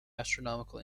astronomical